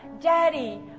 Daddy